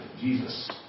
Jesus